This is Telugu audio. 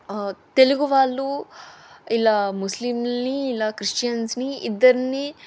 తెలుగు వాళ్ళు ఇలా ముస్లింలని ఇలా క్రిస్టియన్స్ని ఇద్దరినీ